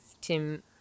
Tim